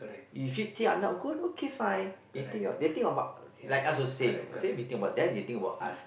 if you think I'm not good okay fine he think you're they think about like us also the same same they think about them they think about us